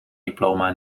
diploma